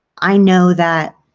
i know that